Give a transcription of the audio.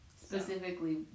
specifically